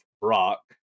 Brock